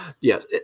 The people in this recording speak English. yes